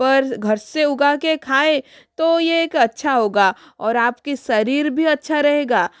पर घर से उगा के खाए तो ये एक अच्छा होगा और आपकी शरीर भी अच्छा रहेगा